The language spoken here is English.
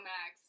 Max